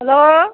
hello